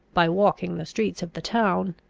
by walking the streets of the town,